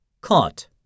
Caught